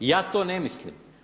Ja to ne mislim.